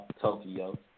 Tokyo